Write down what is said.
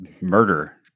murder